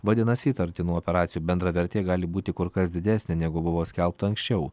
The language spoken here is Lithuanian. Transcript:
vadinasi įtartinų operacijų bendra vertė gali būti kur kas didesnė negu buvo skelbta anksčiau